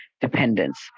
dependence